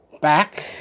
back